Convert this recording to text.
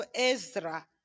Ezra